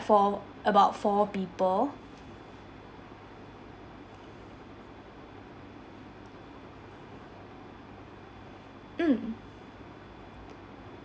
for about four people mm